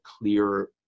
clear